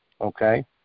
Okay